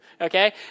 Okay